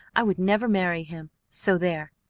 i would never marry him so there!